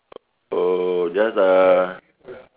oh just uh